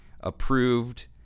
approved